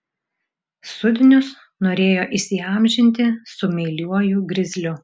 sudnius norėjo įsiamžinti su meiliuoju grizliu